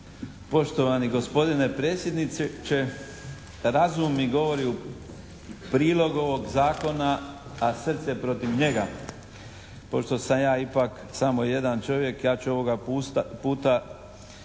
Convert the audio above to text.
Poštovani gospodine predsjedniče, razumni govori u prilog ovog zakona a srce protiv njega. Pošto sam ja ipak samo jedan čovjek ja ću ovoga puta prikazati